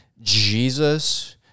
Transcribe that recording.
Jesus